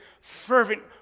fervent